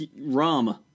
Rum